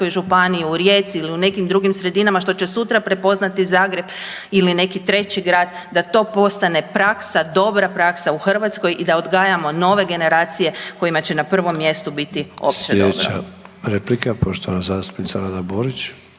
županiji, u Rijeci ili u nekim drugim sredinama, što će sutra prepoznati Zagreb ili neki treći grad, da to postane praksa, dobra praksa u Hrvatskoj i da odgajamo nove generacije kojima će na prvom mjestu biti opće dobro. **Sanader, Ante (HDZ)** Sljedeća replika poštovana zastupnica Rada Borić.